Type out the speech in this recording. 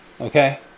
Okay